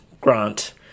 Grant